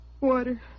Water